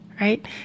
right